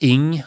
Ing